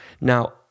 Now